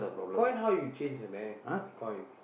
coin how you change அண்ணன்:annan coin